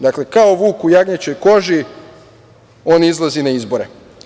Dakle, kao vuk u jagnjećoj koži on izlazi na izbore.